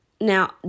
Now